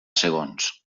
segons